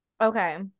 Okay